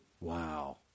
Wow